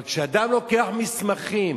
אבל כשאדם לוקח מסמכים